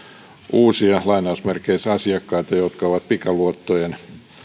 uusia asiakkaita jotka ovat pikaluottojen